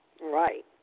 Right